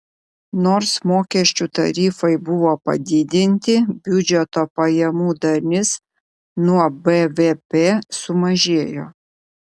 nors mokesčių tarifai buvo padidinti biudžeto pajamų dalis nuo bvp sumažėjo